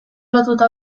lotuta